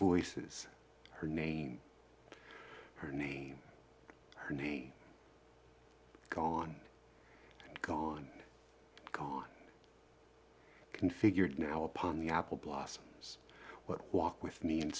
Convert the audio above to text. voices her name her name her name gone gone gone configured now upon the apple blossoms what walk with me and